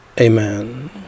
Amen